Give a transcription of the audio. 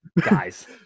guys